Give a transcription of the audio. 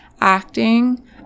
acting